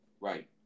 Right